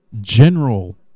General